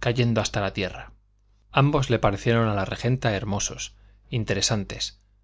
cayendo hasta la tierra ambos le parecieron a la regenta hermosos interesantes